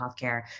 healthcare